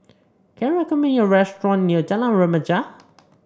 can you recommend me a restaurant near Jalan Remaja